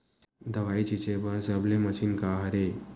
दवाई छिंचे बर सबले मशीन का हरे?